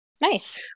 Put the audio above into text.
Nice